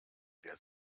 wer